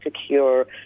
secure